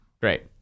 Great